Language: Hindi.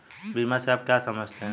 बीमा से आप क्या समझते हैं?